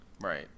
Right